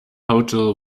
hotel